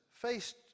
faced